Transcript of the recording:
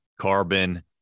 carbon